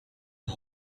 and